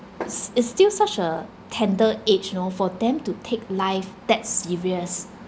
s~ is still such a tender age you know for them to take life that serious